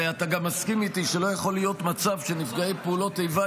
הרי גם אתה מסכים איתי שלא יכול להיות מצב שנפגעי פעולות איבה